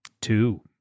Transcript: Two